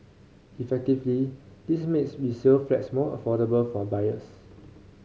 effectively this makes resale flats more affordable for buyers